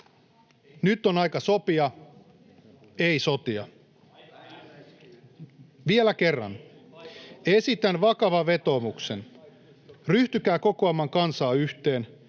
Nyt on aika sopia, ei sotia. Vielä kerran, esitän vakavan vetoomuksen: Ryhtykää kokoamaan kansaa yhteen.